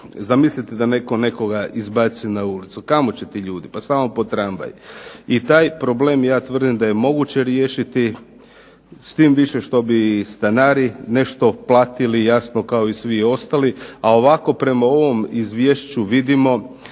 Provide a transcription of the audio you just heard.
Zamislite da netko nekoga izbaci na ulicu. Kamo će ti ljudi? Pa samo pod tramvaj. I taj problem, ja tvrdim, da je moguće riješiti. S tim više što bi i stanari nešto platili, jasno kao i svi ostali, a ovako prema ovom izvješću vidimo